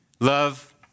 Love